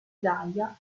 gaia